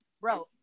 Bro